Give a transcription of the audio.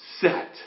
set